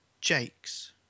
Jake's